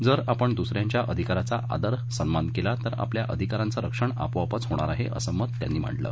जर आपण दुस यांच्या अधिकाराचा आदर सन्मान केला तर आपल्या अधिकारांचं रक्षण आपोआपच होणार आहे असं मत त्यांनी मांडलं